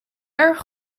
erg